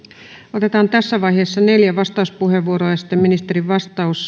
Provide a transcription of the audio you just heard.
otetaan tässä vaiheessa neljä vastauspuheenvuoroa ja sitten ministerin vastaus